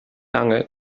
lange